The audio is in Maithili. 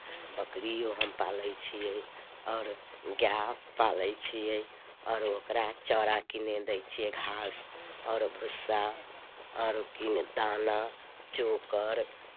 बकरिओ हम पालैत छियै आओर गाय पालैत छियै आओर ओकरा चारा किनै दैत छियै घास आओर भुस्सा आओर किनै दाना चोकर